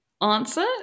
answer